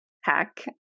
hack